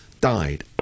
died